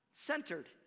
centered